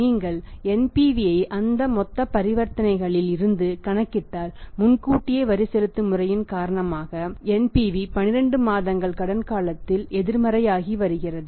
நீங்கள் NPV ஐக் அந்த மொத்த பரிவர்த்தனைகளில் இருந்து கணக்கிட்டால் முன்கூட்டியே வரி செலுத்தும் முறையின் காரணமாக NPV 12 மாதங்கள் கடன் காலத்தில் எதிர்மறையாகி வருகிறது